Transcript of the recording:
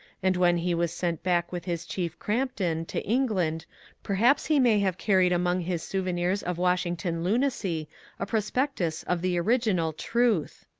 and when he was sent back with his chief crampton to england per haps he may have carried among his souvenirs of washington lunacy a prospectus of the original truth!